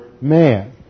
man